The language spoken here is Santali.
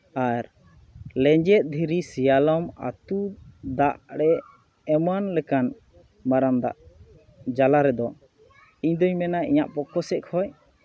ᱟᱨ ᱞᱮᱸᱡᱮᱫ ᱫᱷᱤᱨᱤ ᱥᱮᱭᱟᱞᱚᱢ ᱟᱹᱛᱩ ᱫᱟᱜ ᱨᱮ ᱮᱢᱟᱱ ᱞᱮᱠᱟᱱ ᱢᱟᱨᱟᱝ ᱫᱟᱜ ᱡᱟᱞᱟ ᱨᱮᱫᱚ ᱤᱧᱫᱩᱧ ᱢᱮᱱᱟ ᱤᱧᱟᱹᱜ ᱯᱚᱠᱠᱷᱚ ᱥᱮᱡ ᱠᱷᱚᱡ